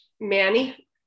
Manny